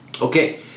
Okay